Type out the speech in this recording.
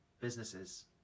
businesses